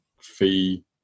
fee